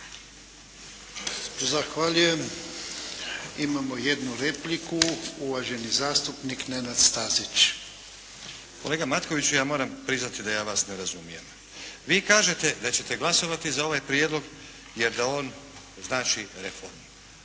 Zahvaljujem. Imamo jednu repliku. Uvaženi zastupnik Nenad Stazić. **Stazić, Nenad (SDP)** Kolega Matkoviću ja moram priznati da ja vas ne razumijem. Vi kažete da ćete glasovati za ovaj prijedlog jer da on znači reformu,